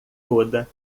toda